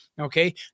Okay